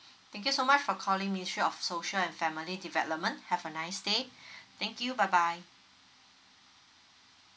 thank you so much for calling ministry of social and family development have a nice day thank you bye bye